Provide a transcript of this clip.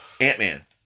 Ant-Man